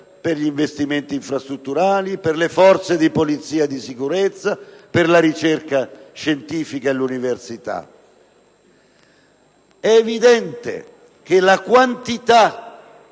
per gli investimenti infrastrutturali, per le forze di polizia e di sicurezza, per la ricerca scientifica e l'università. È evidente che la quantità